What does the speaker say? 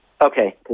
Okay